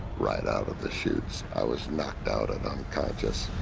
right out of the chutes, i was knocked out and unconscious.